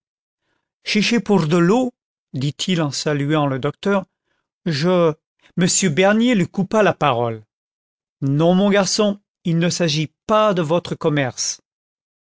ch'est pour de l'eau dit-il en saluant le docteur je m bernier lui coupa la parole non mon garçon il ne s'agit pas de votre commerce